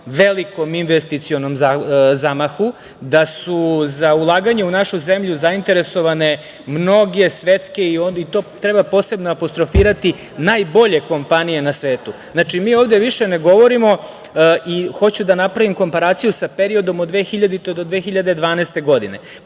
velikom investicionom zamahu, da su za ulaganja u našu zemlju zainteresovane mnoge svetske, i to treba posebno apostrofirati, najbolje kompanije na svetu. Hoću da napravim komparaciju sa periodom od 2000. do 2012. godine.